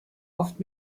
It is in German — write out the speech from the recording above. oft